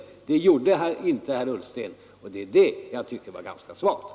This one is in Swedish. Det gjorde inte herr Ullsten, och det är detta jag tycker var ganska svagt.